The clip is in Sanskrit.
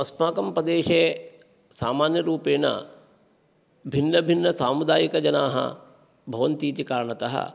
अस्माकं प्रदेशे सामान्यरूपेण भिन्नभिन्नसामुदायिकजनाः भवन्ति इति कारणतः